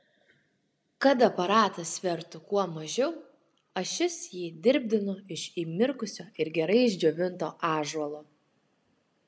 kad aparatas svertų kuo mažiau ašis jį dirbdinu iš įmirkusio ir gerai išdžiovinto ąžuolo